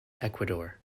ecuador